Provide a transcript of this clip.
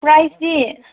ꯄ꯭ꯔꯥꯏꯁꯇꯤ